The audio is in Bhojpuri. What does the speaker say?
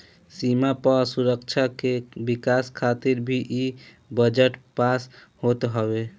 सीमा पअ सुरक्षा के विकास खातिर भी इ बजट पास होत हवे